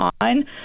on